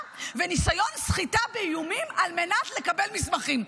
וניסיון סחיטה באיומים על מנת לקבל מסמכים.